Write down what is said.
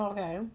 Okay